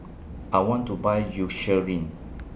I want to Buy Eucerin